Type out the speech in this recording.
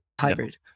hybrid